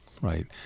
right